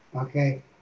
Okay